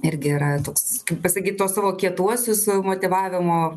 irgi yra toks kaip pasakyt tuos savo kietuosius motyvavimo